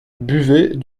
buvait